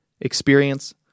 experience